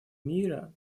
мира